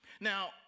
Now